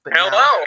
Hello